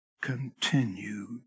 continued